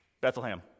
Bethlehem